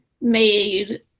made